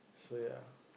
so ya